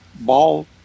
ball